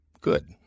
good